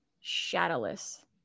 shadowless